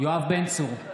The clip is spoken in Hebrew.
יואב בן צור,